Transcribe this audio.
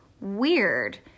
weird